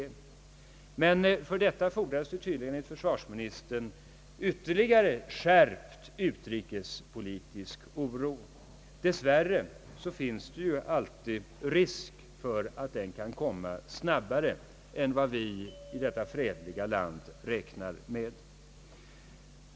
Men för detta fordrades det tydligen enligt försvarsministern ytterligare skärpt utrikespolitisk oro. Dess värre finns det ju alltid risk för att den kan komma snabbare än vi i detta fredliga land räknar med.